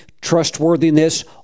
trustworthiness